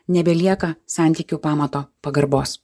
nebelieka santykių pamato pagarbos